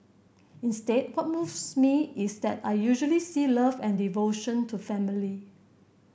instead what moves me is that I usually see love and devotion to family